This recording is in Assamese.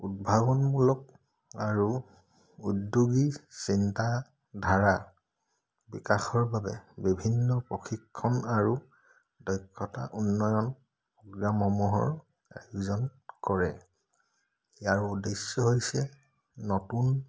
উদ্ভাৱনমূলক আৰু উদ্যোগী চিন্তাধাৰা বিকাশৰ বাবে বিভিন্ন প্ৰশিক্ষণ আৰু দক্ষতা উন্নয়ন প্ৰগ্ৰামসমূহৰ আয়োজন কৰে ইয়াৰ উদ্দেশ্য হৈছে নতুন